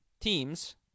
teams